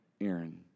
Aaron